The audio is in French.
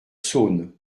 saône